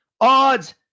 odds